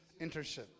internship